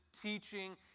teaching